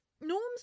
Norm's